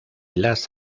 las